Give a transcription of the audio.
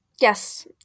Yes